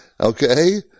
okay